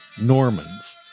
Normans